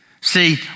See